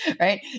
Right